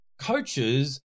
coaches